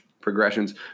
progressions